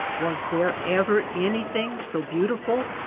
was there ever any thing so beautiful!